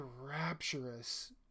rapturous